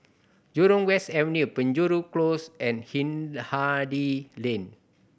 Jurong West Avenue Penjuru Close and Hindhede Lane